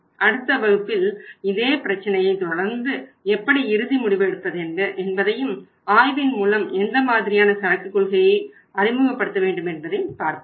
அடுத்த வகுப்பில் இதே பிரச்சினையை தொடர்ந்து எப்படி இறுதி முடிவு எடுப்பது என்பதையும் ஆய்வின் மூலம் எந்த மாதிரியான சரக்கு கொள்கையை அறிமுகப்படுத்த வேண்டும் என்பதையும் பார்ப்போம்